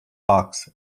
fox